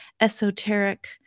esoteric